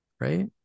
right